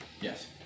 Yes